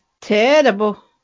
terrible